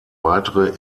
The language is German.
weitere